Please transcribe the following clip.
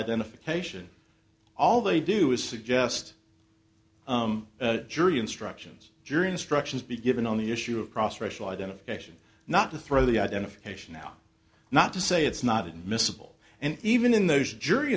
identification all they do is suggest jury instructions jury instructions be given on the issue across racial identification not to throw the identification out not to say it's not admissible and even in those jury